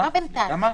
יעל רון